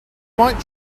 might